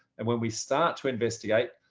and when we start to investigate,